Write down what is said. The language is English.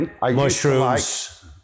mushrooms